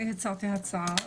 אני הצעתי הצעה,